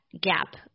gap